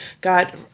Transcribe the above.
got